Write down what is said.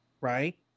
right